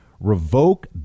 Revoke